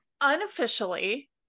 Unofficially